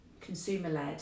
consumer-led